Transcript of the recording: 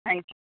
thank you